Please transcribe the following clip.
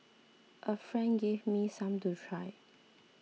a friend gave me some to try